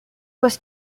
was